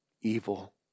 Evil